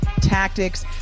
tactics